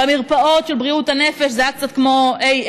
במרפאות של בריאות הנפש זה היה קצת כמו AA,